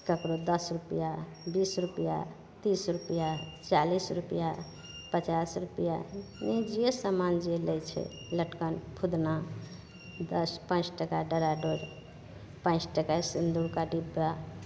ककरो दस रुपैआ बीस रुपैआ तीस रुपैआ चालिस रुपैआ पचास रुपैआ ओ जे समान जे लै छै लटकन फुदना दस पाँच टका डराडोरि पाँच टका सिन्दूरके डिब्बा